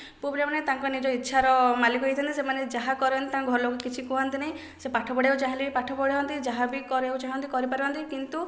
ପୁଅପିଲାମାନେ ତାଙ୍କ ନିଜ ଇଚ୍ଛାର ମାଲିକ ହୋଇଥାନ୍ତି ସେମାନେ ଯାହା କରନ୍ତି ତାଙ୍କ ଘର ଲୋକ କିଛି କୁହନ୍ତି ନାହିଁ ସେ ପାଠ ପଢ଼ିବାକୁ ଚାହିଁଲେ ବି ପାଠ ପଢ଼ନ୍ତି ଯାହା ବି କରିବାକୁ ଚାହାନ୍ତି କରିପାରନ୍ତି କିନ୍ତୁ